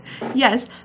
Yes